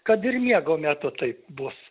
kad ir miego metu taip bus